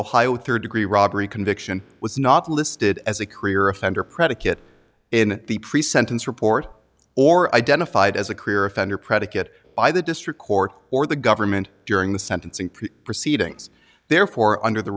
with third degree robbery conviction was not listed as a career offender predicate in the pre sentence report or identified as a clear offender predicate by the district court or the government during the sentencing proceedings therefore under the